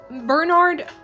Bernard